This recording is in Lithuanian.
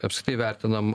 apskritai vertinam